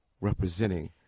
representing